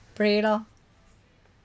pray loh